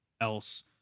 else